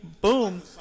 Boom